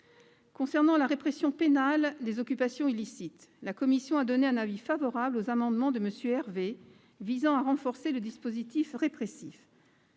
Concernant la répression pénale des occupations illicites, la commission a donné un avis favorable aux amendements de M. Hervé visant à renforcer le dispositif répressif.